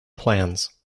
plans